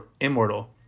immortal